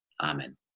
Amen